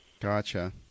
Gotcha